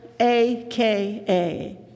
AKA